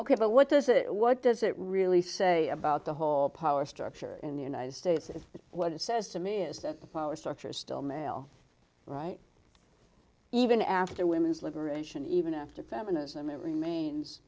ok but what does it what does it really say about the whole power structure in the united states what it says to me is that the power structure is still male right even after women's liberation even after feminism it remains